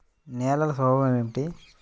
నేలల స్వభావం ఏమిటీ?